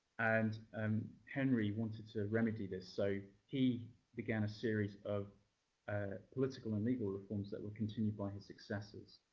and um henry wanted to remedy this. so he began a series of ah political and legal reforms that were continued by his successors.